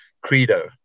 credo